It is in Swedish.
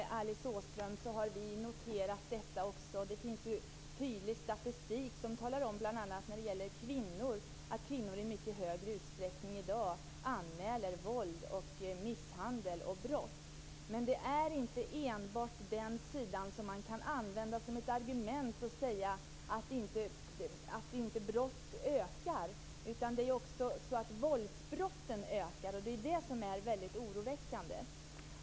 Fru talman! Självklart har också vi noterat detta, Alice Åström. Det finns bl.a. tydlig statistik som visar att kvinnor i dag i mycket större utsträckning anmäler våld, misshandel och brott. Men detta kan inte användas som ett argument för att göra gällande att antalet brott inte ökar. Antalet våldsbrott ökar, och det är väldigt oroväckande.